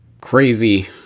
Crazy